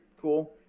cool